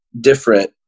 different